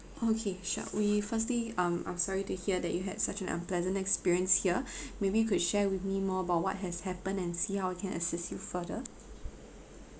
okay sure we firstly um I'm sorry to hear that you had such an unpleasant experience here maybe you could share with me more about what has happened and see how we can assist you further